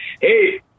hey